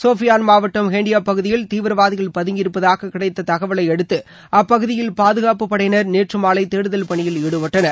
சோபியான் மாவட்டம் ஹெண்டியோ பகுதியில் தீவிரவாதிகள் பதங்கியிருப்பதாக கிடைத்த தகவலை அடுத்து அப்பகுதியில் பாதுகாப்பு படையினர் நேற்று மாலை தேடுதல் பணியில் ஈடுபட்டனர்